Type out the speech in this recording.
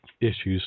issues